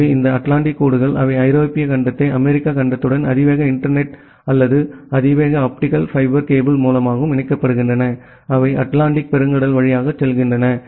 எனவே இந்த அட்லாண்டிக் கோடுகள் அவை ஐரோப்பிய கண்டத்தை அமெரிக்க கண்டத்துடனும் அதிவேக இன்டர்நெட் ம் அல்லது அதிவேக ஆப்டிகல் ஃபைபர் கேபிள் மூலமாகவும் இணைக்கின்றன அவை அட்லாண்டிக் பெருங்கடல் வழியாக செல்கின்றன